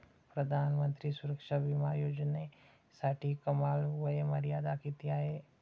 प्रधानमंत्री सुरक्षा विमा योजनेसाठी कमाल वयोमर्यादा किती आहे?